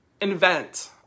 invent